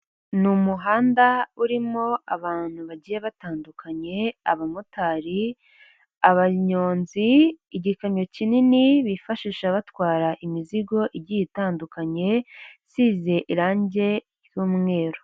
Ni umuhanda urimo abantu bagiye batandukanye; abamotari, abanyonzi, igikamyo kinini bifashisha batwara imizigo igiye itandukanye isize irangi ry'umweru.